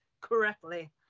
correctly